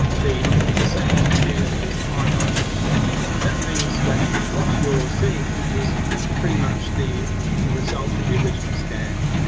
the exact view is highlighted that means that what you are seeing is pretty much the the result of the original scan.